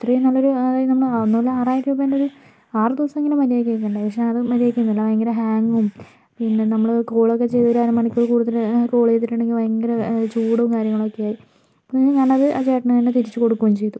ഇത്രയും നല്ലൊരു അതായത് നമ്മള് ഒന്നൂല്ലേൽ ആറായിരം രൂപൻ്റെരു ആറു ദിവസമെങ്കിലും മര്യാദക്ക് ഉപയോഗിക്കണ്ടേ പക്ഷെ അത് മര്യാദയ്ക്ക് നിന്നില്ല ഭയങ്കര ഹാങ്ങും പിന്നെ നമ്മള് കോളൊക്കെ ചെയ്ത് വരൻ അര മണിക്കൂറിൽ കൂടുതൽ കോള് ചെയ്തിട്ടുണ്ടെങ്കിൽ ഭയങ്കര ചൂടും കാര്യങ്ങളൊക്കെ ആയി പിന്നെ ഞാനത് ആ ചേട്ടന് തന്നെ തിരിച്ച് കൊടുക്കുകയും ചെയ്തു